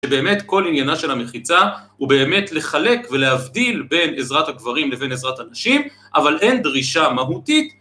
באמת כל עניינה של המחיצה הוא באמת לחלק ולהבדיל בין עזרת הגברים לבין עזרת הנשים אבל אין דרישה מהותית